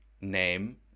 name